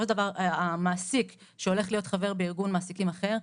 של דבר המעסיק שהולך להיות חבר בארגון מעסיקים אחר,